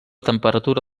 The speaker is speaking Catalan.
temperatura